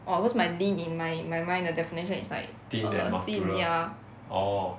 orh cause my lean in my my mind the definition is like err thin ya